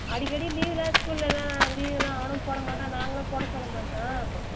அடிக்கடி லீவுலாம் ஸ்கூல்லலாம் லீவுலாம் அவனும் போடமாட்டான் நாங்களும் போட சொல்ல மாட்டோம்